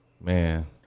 man